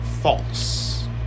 false